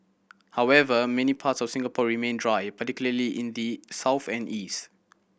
however many parts of Singapore remain dry particularly in the south and east